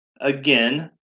again